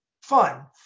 fun